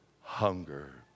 hunger